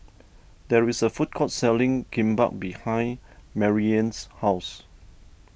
there is a food court selling Kimbap behind Maryjane's house